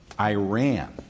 Iran